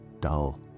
dull